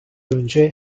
önce